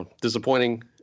disappointing